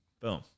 Boom